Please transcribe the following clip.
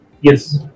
Yes